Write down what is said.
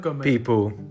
people